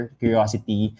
curiosity